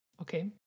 okay